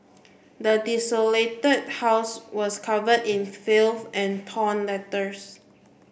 the desolated house was covered in filth and torn letters